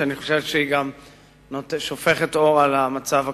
שאני חושב שהיא שופכת אור על המצב הקיים: